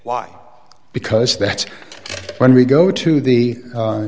why because that's when we go to the